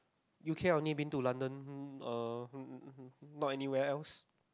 U_K I only been to London uh um not anywhere else